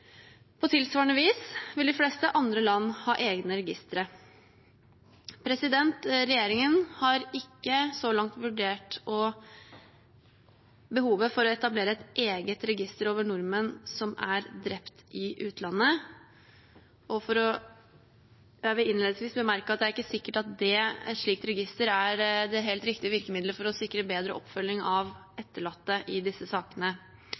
På tilsvarende vis vil de fleste andre land ha egne registre. Regjeringen har ikke så langt vurdert behovet for å etablere et eget register over nordmenn som er drept i utlandet. Jeg vil innledningsvis bemerke at det ikke er sikkert at et slikt register er det helt riktige virkemidlet for å sikre bedre oppfølging av etterlatte i disse sakene.